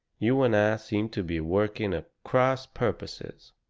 you and i seem to be working at cross purposes.